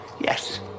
Yes